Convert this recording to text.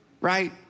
right